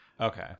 Okay